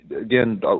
again